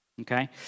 okay